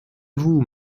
vous